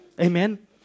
Amen